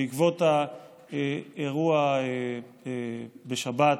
בעקבות האירוע בשבת